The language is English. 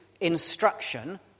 Instruction